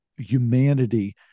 humanity